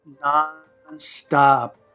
non-stop